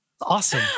awesome